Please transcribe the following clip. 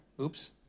Oops